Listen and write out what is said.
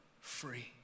free